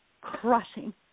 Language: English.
crushing